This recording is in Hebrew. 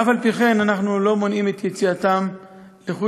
ואף-על-פי-כן אנחנו לא מונעים את יציאתם לחוץ-לארץ.